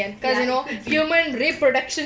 ya it could be